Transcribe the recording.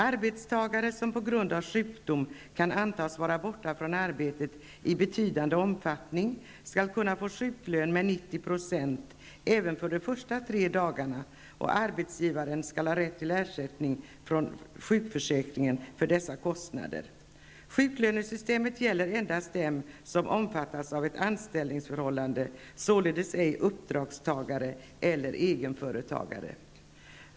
Arbetstagare som på grund av sjukdom kan antas komma att vara borta från arbetet i särskilt stor omfattning skall dock kunna få sjuklön med 90 %-- även för de första tre dagarna, och arbetsgivaren skall ha rätt till ersättning från sjukförsäkringen för kostnaderna --.-- Sjuklönesystemet gäller endast dem som omfattas av ett anställningsförhållande, således ej uppdragstagare eller egenföretagare.